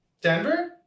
denver